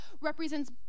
represents